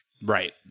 Right